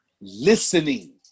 listening